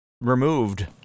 removed